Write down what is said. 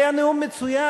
היה נאום מצוין.